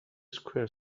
square